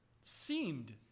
seemed